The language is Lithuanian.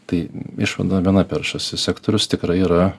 tai išvada viena peršasi sektorius tikrai yra